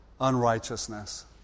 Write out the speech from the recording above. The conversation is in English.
unrighteousness